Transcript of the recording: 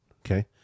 okay